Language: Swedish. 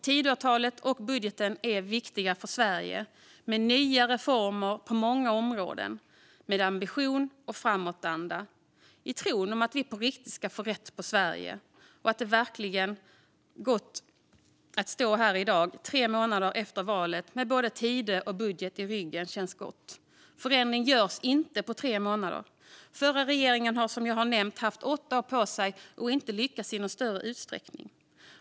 Tidöavtalet och budgeten är viktiga för Sverige, med nya reformer på många områden, och med ambition och framåtanda i tron att vi på riktigt ska få reda på Sverige. Det känns verkligen gott att stå här i dag, tre månader efter valet, med både Tidöavtalet och budgeten i ryggen. Förändring åstadkommer man dock inte på tre månader. Den förra regeringen hade, som jag nämnde, åtta år på sig men lyckades inte i någon större utsträckning.